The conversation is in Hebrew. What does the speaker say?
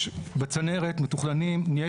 יש,